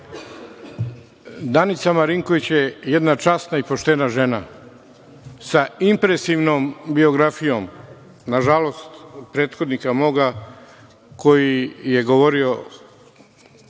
Danica Marinković je jedna časna i poštena žena sa impresivnom biografijom. Na žalost prethodnika moga koji je govorio